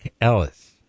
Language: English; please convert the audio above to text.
Ellis